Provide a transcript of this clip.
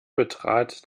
betrat